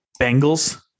Bengals